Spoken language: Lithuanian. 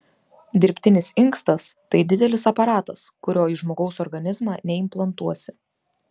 dirbtinis inkstas tai didelis aparatas kurio į žmogaus organizmą neimplantuosi